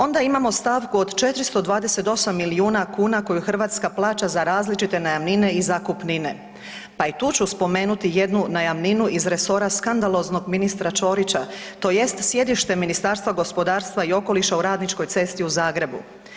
Onda imamo stavku od 428 milijuna kuna koju Hrvatska plaća za različite najamnine i zakupnine, pa i tu ću spomenuti jednu najamninu iz resora skandaloznog ministra Ćorića, tj. sjedište Ministarstva gospodarstva i okoliša u Radničkoj cesti u Zagrebu.